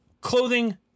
Clothing